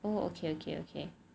oh okay okay okay